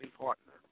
partner